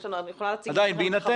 אני יכולה להציג את חוות הדעת הזאת.